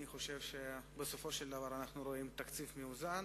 אני חושב שבסופו של דבר אנו רואים תקציב מאוזן,